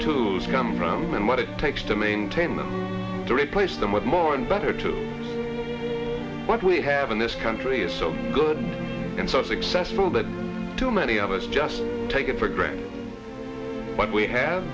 tools come from and what it takes to maintain them to replace them with more and better to what we have in this country is so good and so successful that too many of us just taken for granted what we have